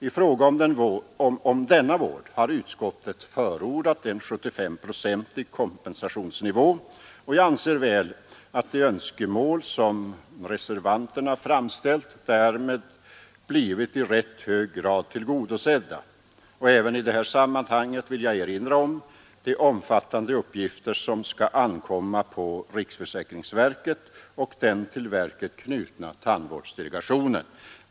I fråga om denna vård har utskottet förordat en 75-procentig kompensationsnivå, och jag anser väl att de önskemål som reservanterna framställt därmed blivit i rätt hög grad tillgodosedda. Även i det här sammanhanget vill jag erinra om de omfattande uppgifter som skall ankomma på riksförsäkringsverket och den till verket knutna tandvårdsdelegationen.